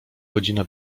godzina